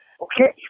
okay